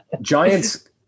Giants